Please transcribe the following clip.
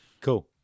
cool